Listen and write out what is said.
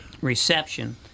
reception